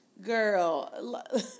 girl